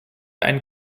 ein